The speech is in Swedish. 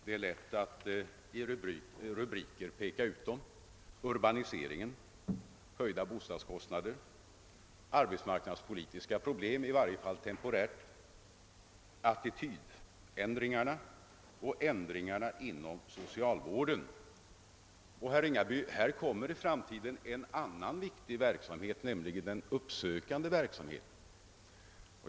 Det är lätt att i rubriker peka ut dem: urbaniseringen, de höjda bostadskostnaderna, de arbetsmarknadspolitiska problemen — i varje fall temporärt — attitydändringarna och ändringarna inom socialvården. Här tillkommer, herr Ringaby, i framtiden en annan viktig sak, nämligen den uppsökande verksamheten.